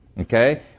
Okay